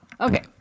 Okay